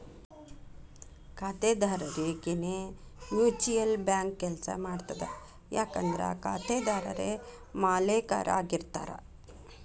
ಖಾತೆದಾರರರಿಗೆನೇ mutual bank ಕೆಲ್ಸ ಮಾಡ್ತದ ಯಾಕಂದ್ರ ಖಾತೆದಾರರೇ ಮಾಲೇಕರಾಗಿರ್ತಾರ